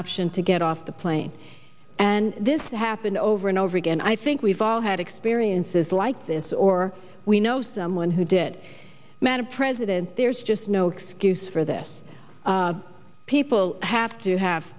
option to get off the plane and this happened over and over again i think we've all had experiences like this or we know someone who did man a president there's just no excuse for this people have to have